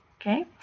Okay